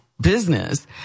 business